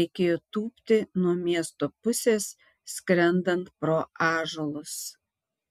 reikėjo tūpti nuo miesto pusės skrendant pro ąžuolus